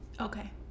Okay